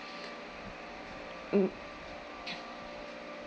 mm